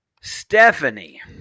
Stephanie